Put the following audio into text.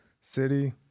city